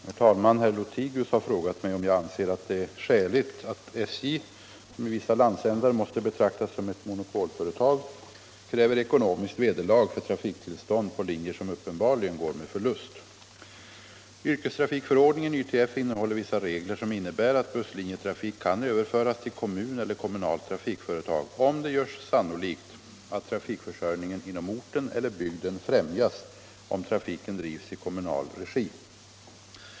Herr talman! Herr Lothigius har frågat mig om jag anser att det är skäligt att SJ, som i vissa landsändar måste betraktas som ett monopolföretag, kräver ekonomiskt vederlag för trafiktillstånd på linjer som uppenbarligen går med förlust. Yrkestrafikförordningen innehåller vissa regler som innebär att busslinjetrafik kan överföras till kommun eller kommunalt trafikföretag, om det görs sannolikt att trafikförsörjningen inom orten eller bygden främjas, om trafiken drivs i kommunal regi.